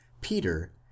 Peter